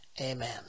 Amen